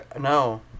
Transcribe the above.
No